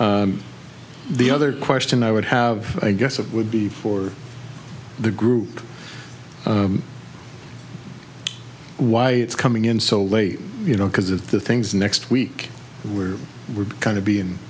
the other question i would have i guess it would be for the group why it's coming in so late you know because of the things next week where we're kind of being